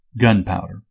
Gunpowder